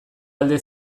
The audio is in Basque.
alde